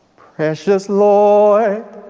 precious lord,